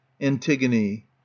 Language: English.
Antigone